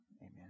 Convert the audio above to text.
amen